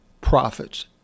profits